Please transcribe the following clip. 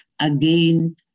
again